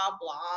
blah